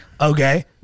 okay